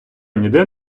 ніде